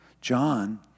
John